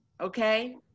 okay